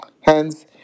Hence